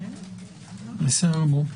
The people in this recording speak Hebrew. בסדר גמור.